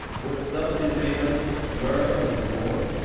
what stuff tis made of, whereof it is born,